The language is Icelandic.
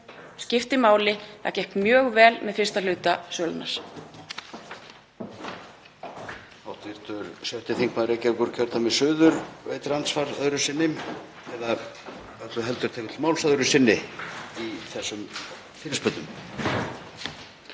skiptir máli. Það gekk mjög vel með fyrsta hluta sölunnar.